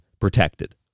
protected